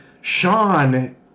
Sean